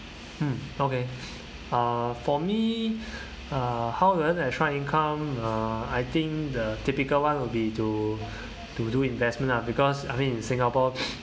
mm okay uh for me uh how do I earn the extra income uh I think the typical one would be to to do investment lah because I mean in singapore